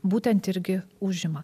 būtent irgi užima